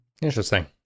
Interesting